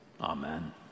Amen